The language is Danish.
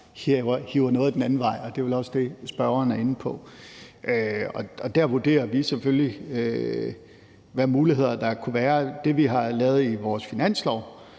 hiver noget den anden vej. Det er vel også det, spørgeren er inde på. Og der vurderer vi selvfølgelig, hvilke muligheder der kunne være. Det, vi har sagt i vores finanslov